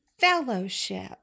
fellowship